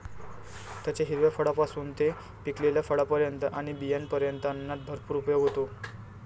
त्याच्या हिरव्या फळांपासून ते पिकलेल्या फळांपर्यंत आणि बियांपर्यंत अन्नात भरपूर उपयोग होतो